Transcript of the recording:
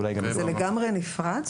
זה לגמרי נפרד?